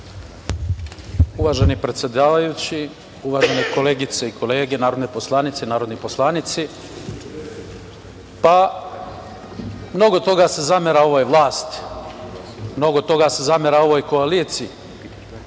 Uvaženi predsedavajući, uvažene koleginice i kolege, narodne poslanice, narodni poslanici, mnogo toga se zamera ovoj vlasti, mnogo toga se zamera ovoj koaliciji,